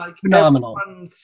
phenomenal